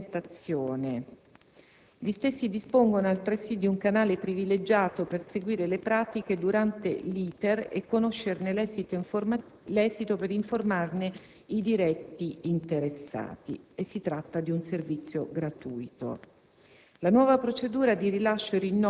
e sulla modalità di presentazione. Gli stessi dispongono, altresì, di un canale privilegiato e gratuito per seguire le pratiche durante l'*iter* e conoscerne l'esito per informarne i diretti interessati. La nuova procedura di rilascio